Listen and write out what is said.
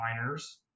miners